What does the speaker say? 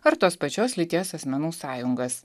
ar tos pačios lyties asmenų sąjungas